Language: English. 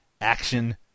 action